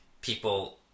people